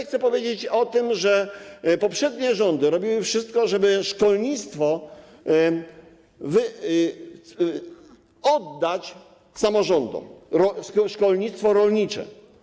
Chcę powiedzieć o tym, że poprzednie rządy robiły wszystko, żeby oddać samorządom szkolnictwo rolnicze.